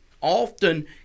often